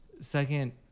Second